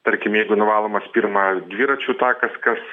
tarkim jeigu nuvalomas pirma dviračių takas kas